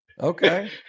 Okay